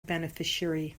beneficiary